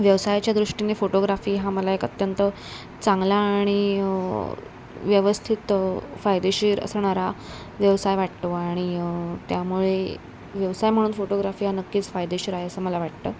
व्यवसायाच्या दृष्टीने फोटोग्राफी हा मला एक अत्यंत चांगला आणि व्यवस्थित फायदेशीर असणारा व्यवसाय वाटतो आणि त्यामुळे व्यवसाय म्हणून फोटोग्राफी हा नक्कीच फायदेशीर आहे असं मला वाटतं